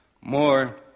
more